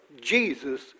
Jesus